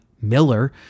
Miller